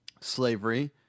slavery